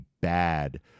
bad